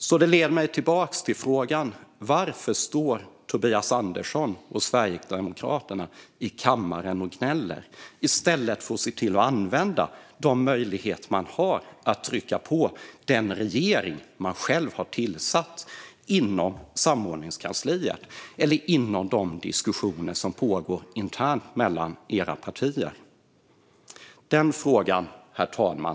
Detta leder mig tillbaka till frågan: Varför står Tobias Andersson och Sverigedemokraterna i kammaren och gnäller i stället för att använda de möjligheter de har att utöva tryck på den regering som de själva har tillsatt, inom samordningskansliet eller i de diskussioner som pågår internt mellan Tidöpartierna? Denna fråga ställer jag mig, herr talman.